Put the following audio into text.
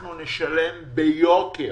אנחנו נשלם ביוקר